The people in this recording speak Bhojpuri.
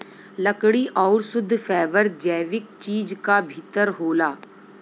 लकड़ी आउर शुद्ध फैबर जैविक चीज क भितर होला